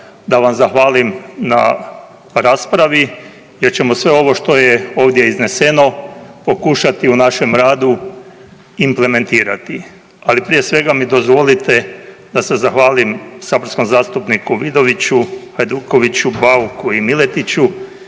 da vam zahvalim na raspravi jer ćemo sve ovo što je ovdje izneseno pokušati u našem radu implementirati. Ali prije svega mi dozvolite da se zahvalim saborskom zastupniku Vidoviću, Hajdukoviću, Bauku i Miletiću